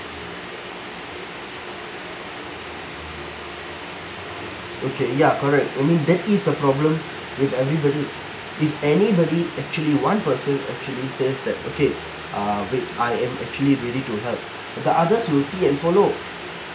okay ya correct I mean that is the problem with everybody if anybody actually one person actually says that okay uh wait I am actually willing to help but others will see and follow